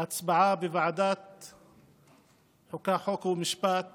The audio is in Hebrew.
ההצבעה בוועדת החוקה, חוק ומשפט